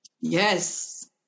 Yes